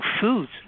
foods